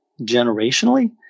generationally